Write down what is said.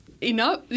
enough